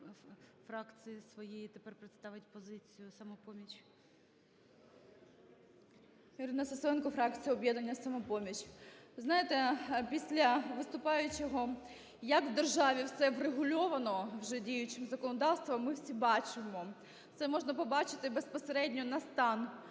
фракції своєї тепер представить позицію "Самопомочі". 13:17:35 СИСОЄНКО І.В. Ірина Сисоєнко, фракція "Об'єднання "Самопоміч". Знаєте, після виступаючого, як в державі все врегульовано вже діючим законодавством, ми всі бачимо, це можна побачити і безпосередньо на стан